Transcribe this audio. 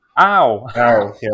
ow